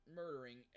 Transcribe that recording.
murdering